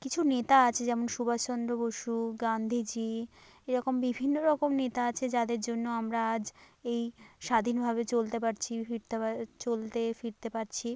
কিছু নেতা আছে যেমন সুভাষচন্দ্র বসু গান্ধিজী এরকম বিভিন্ন রকম নেতা আছে যাদের জন্য আমরা আজ এই স্বাধীনভাবে চলতে পারছি ফিরতে পার চলতে ফিরতে পারছি